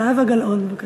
הכנסת זהבה גלאון, בבקשה.